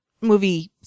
movie